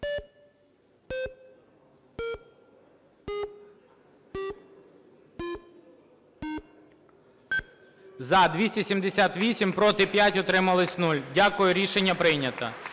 За-278 Проти – 5, утримались 0. Дякую. Рішення прийнято.